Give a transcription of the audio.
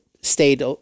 stayed